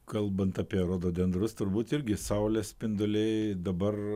kalbant apie rododendrus turbūt irgi saulės spinduliai dabar